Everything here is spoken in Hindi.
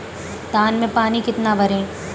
धान में पानी कितना भरें?